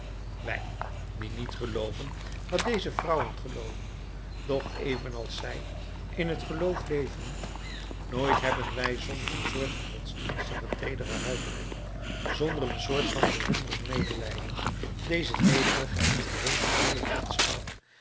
wij die niet gelooven wat deze vrouwen gelooven doch evenals zij in het geloof leven nooit hebben wij zonder een soort van godsdienstige teedere huivering zonder een soort van bewonderend medelijden deze nederige en verheven zielen